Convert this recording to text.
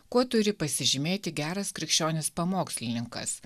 kuo turi pasižymėti geras krikščionis pamokslininkas